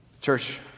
Church